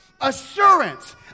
Assurance